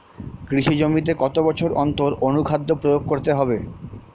কৃষি জমিতে কত বছর অন্তর অনুখাদ্য প্রয়োগ করতে হবে?